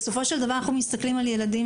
בסופו של דבר אנחנו מסתכלים על ילדים